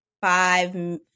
five